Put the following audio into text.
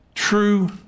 true